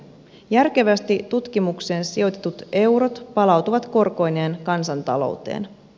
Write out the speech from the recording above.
järkevästi tutkimukseen sijoitetut eurot palautuvat korkoineen kansantalouteen